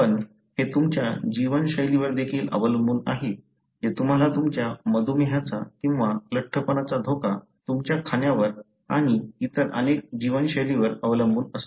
पण हे तुमच्या जीवनशैलीवर देखील अवलंबून आहे जे तुम्हाला तुमच्या मधुमेहाचा किंवा लठ्ठपणाचा धोका तुमच्या खाण्यावर आणि इतर अनेक जीवनशैलींवर अवलंबून असतो